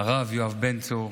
הרב יואב בן צור,